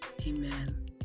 Amen